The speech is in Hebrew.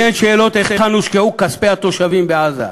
לי אין שאלות היכן הושקעו כספי התושבים בעזה,